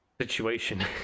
situation